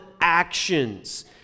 actions